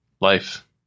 life